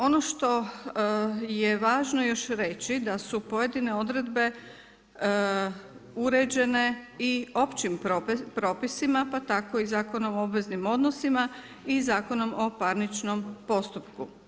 Ono što je važno još reći da su pojedine odredbe uređene i općim propisima pa tako i Zakonom o obveznim odnosima i Zakonom o parničnom postupku.